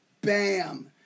BAM